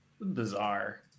Bizarre